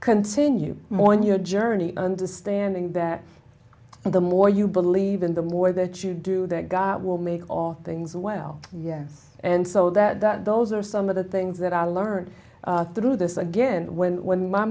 continue mourn your journey understanding that the more you believe in the more that you do that god will make all things well yes and so that those are some of the things that i learned through this again when when my